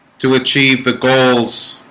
to achieve the goals